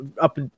up